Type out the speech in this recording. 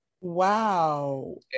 Wow